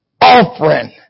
offering